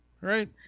right